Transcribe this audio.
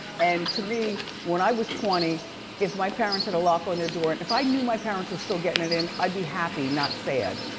and to me, when i was twenty if my parents had a lock on their door. if i knew my parents were still getting it in i'd be happy, not sad.